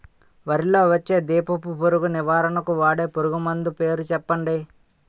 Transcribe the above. వరిలో పచ్చ దీపపు పురుగు నివారణకు వాడే పురుగుమందు పేరు చెప్పండి?